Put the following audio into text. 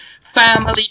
Family